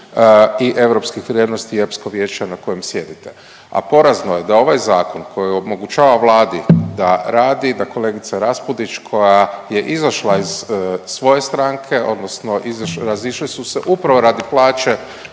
i europskih vrijednosti i Europskog vijeća na kojem sjedite. A porazno je da ovaj zakon koji omogućava Vladi da radi, da kolegica Raspudić koja je izašla iz svoje stranke odnosno razišli su se upravo radi plaće